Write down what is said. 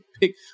pick